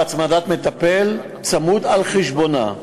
בהצמדת מטפל לבנה על חשבונה.